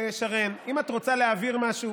לשרן: אם את רוצה להעביר משהו,